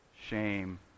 shame